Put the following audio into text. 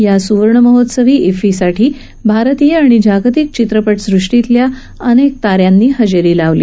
या सुवर्णमहोत्सवी इफ्फीसाठी भारतीय आणि जागतिक चित्रपटसृष्टीतल्या अनेक ता यांनी हजरी लावली